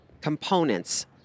components